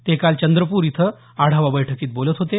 ते काल चंद्रपूर इथं आढावा बैठकीत बोलत होते